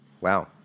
Wow